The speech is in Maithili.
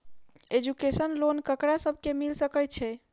एजुकेशन लोन ककरा सब केँ मिल सकैत छै?